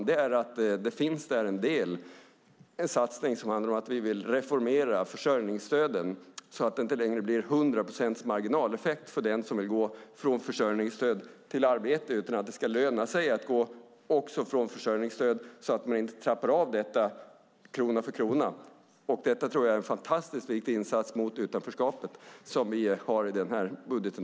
Där finns en satsning som handlar om att vi vill reformera försörjningsstöden, så att det inte längre blir hundra procents marginaleffekt för den som vill gå från försörjningsstöd till arbete, utan att det ska löna sig att gå från försörjningsstöd, så att det inte trappas av krona för krona. Det tror jag är en fantastiskt viktig insats mot utanförskapet som vi har i den här budgeten.